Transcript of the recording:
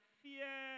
fear